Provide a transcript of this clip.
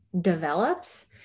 develops